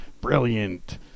brilliant